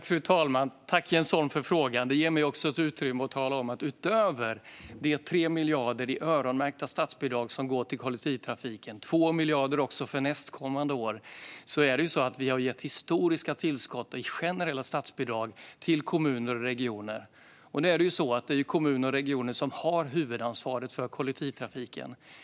Fru talman! Tack, Jens Holm, för frågan! Det här ger mig ett utrymme att tala om att utöver de 3 miljarder i öronmärkta statsbidrag som går till kollektivtrafiken och de 2 miljarder som kommer nästa år har vi gett historiska tillskott i generella statsbidrag till kommuner och regioner. Det är ju kommuner och regioner som har huvudansvaret för kollektivtrafiken.